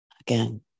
again